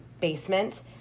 basement